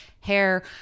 hair